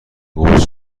رقص